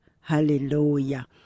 Hallelujah